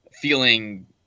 feeling